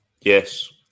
Yes